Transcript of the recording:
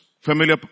familiar